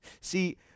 see